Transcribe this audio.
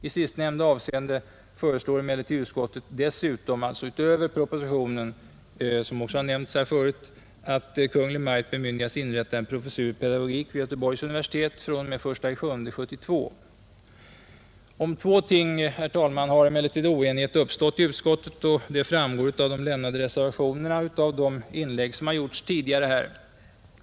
I sistnämnda avseende föreslår emellertid utskottet dessutom, alltså utöver propositionen, att Kungl. Maj:t bemyndigas inrätta en professur i pedagogik vid Göteborgs universitet fr.o.m. den 1 juli 1972. Om två ting, herr talman, har oenighet uppstått i utskottet, vilket framgår av reservationerna och tidigare anföranden.